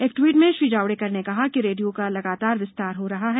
एक ट्वीट में श्री जावे कर ने कहा कि रेपियो का लगातार विस्तार हो रहा है